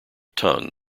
tongue